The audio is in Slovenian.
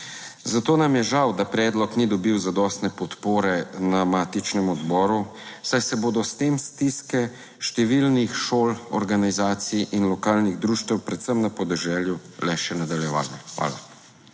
Zato nam je žal, da predlog ni dobil zadostne podpore na matičnem odboru, saj se bodo s tem stiske številnih šol, organizacij in lokalnih društev, predvsem na podeželju, le še nadaljevale. Hvala.